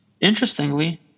Interestingly